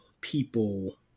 people